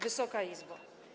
Wysoka Izbo!